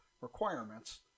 requirements